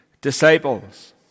disciples